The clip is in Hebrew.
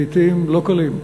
לעתים לא קלים,